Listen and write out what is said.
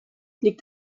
liegt